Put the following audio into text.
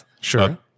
Sure